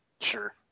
Sure